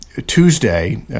Tuesday